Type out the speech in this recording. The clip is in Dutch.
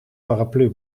paraplu